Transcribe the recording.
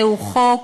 זהו חוק